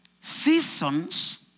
Seasons